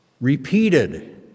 repeated